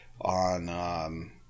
on